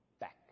Back